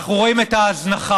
אנחנו רואים את ההזנחה,